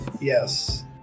Yes